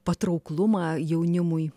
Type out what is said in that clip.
patrauklumą jaunimui